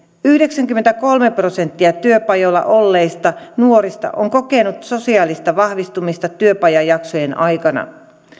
yhdeksänkymmentäkolme prosenttia työpajoilla olleista nuorista on kokenut sosiaalista vahvistumista työpajajaksojen aikana